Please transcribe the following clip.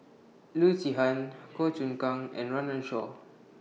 Loo Zihan Goh Choon Kang and Run Run Shaw